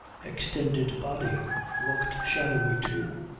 extended body looked shadowy too,